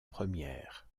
première